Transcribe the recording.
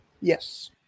Yes